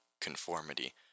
conformity